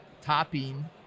topping